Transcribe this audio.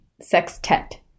Sextet